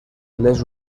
les